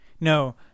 No